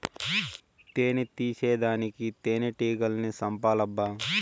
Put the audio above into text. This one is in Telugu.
తేని తీసేదానికి తేనెటీగల్ని సంపాలబ్బా